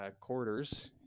quarters